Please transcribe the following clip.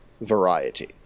variety